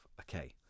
okay